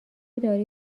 داری